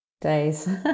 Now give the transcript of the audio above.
days